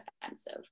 defensive